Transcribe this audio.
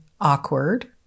awkward